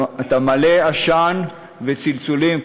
אתה מלא עשן וצלצולים,